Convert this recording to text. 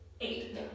Eight